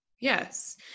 yes